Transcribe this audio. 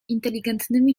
inteligentnymi